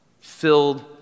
filled